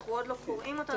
אנחנו עוד לא קוראים אותו,